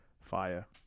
Fire